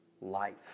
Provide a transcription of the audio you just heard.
life